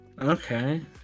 okay